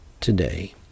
today